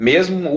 Mesmo